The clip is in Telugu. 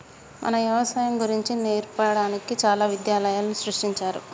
మన యవసాయం గురించి నేర్పడానికి చాలా విద్యాలయాలు సృష్టించారు